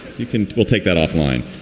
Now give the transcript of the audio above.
you can. we'll take that off line,